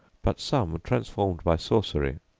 but some, transformed by sorcery,